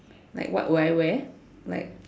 like what would I wear like